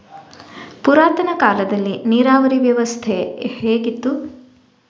ಪುರಾತನ ಕಾಲದಲ್ಲಿ ನೀರಾವರಿ ವ್ಯವಸ್ಥೆ ಹೇಗಿತ್ತು?